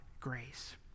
grace